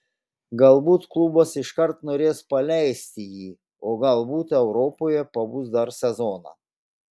galbūt klubas iškart norės paleisti jį o galbūt europoje pabus dar sezoną